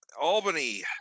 Albany